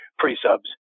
pre-subs